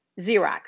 Xerox